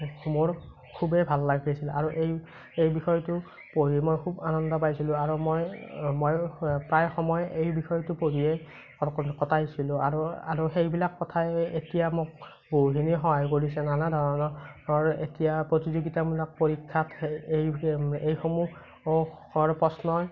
মোৰ খুবেই ভাল লাগিছিল আৰু এই এই বিষয়টো পঢ়ি মই খুব আনন্দ পাইছিলোঁ আৰু মই মই প্ৰায় সময় এই বিষয়টো পঢ়িয়েই কটাইছিলোঁ আৰু আৰু সেইবিলাক কথাই এতিয়া মোক বহুখিনি সহায় কৰিছে নানা ধৰণৰ এতিয়া প্ৰতিযোগিতামূলক পৰীক্ষাত এই সমূহৰ প্ৰশ্নই